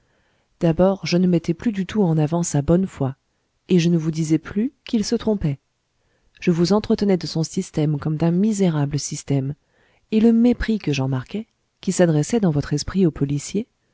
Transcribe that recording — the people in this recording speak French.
d'abord je ne mettais plus du tout en avant sa bonne foi et je ne vous disais plus qu'il se trompait je vous entretenais de son système comme d'un misérable système et le mépris que j'en marquais qui s'adressait dans votre esprit au policier